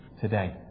today